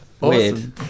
weird